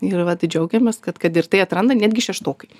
ir vat džiaugiamės kad kad ir tai atranda netgi šeštokai